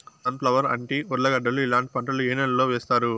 Sun flower, అంటి, ఉర్లగడ్డలు ఇలాంటి పంటలు ఏ నెలలో వేస్తారు?